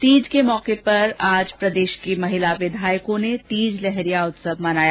तीज के मौके पर आज प्रदेश की महिला विधायकों ने तीज लहरिया उत्सव मनाया